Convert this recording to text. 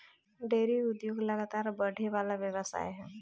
dairy उद्योग लगातार बड़ेवाला व्यवसाय ह